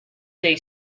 day